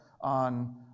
on